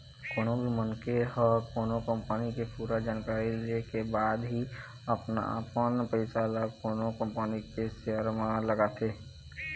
कोनो भी मनखे ह कोनो कंपनी के पूरा जानकारी ले के बाद ही अपन पइसा ल कोनो कंपनी के सेयर म लगाथे